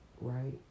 right